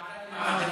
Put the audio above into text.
הוועדה למעמד האישה.